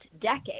decade